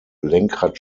lenkrad